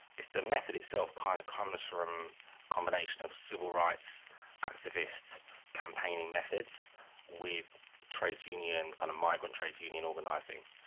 it's the method itself kind of comes from a combination of civil rights activist campaigning methods with trade union kind of migrant trade union organising.